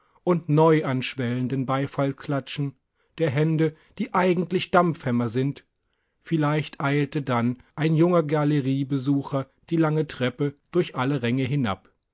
und neu anschwellenden beifallsklatschen der hände die eigentlich dampfhämmer sind vielleicht eilte dann ein junger galeriebesucher die lange treppe durch alle ränge hinab